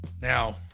Now